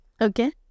Okay